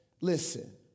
listen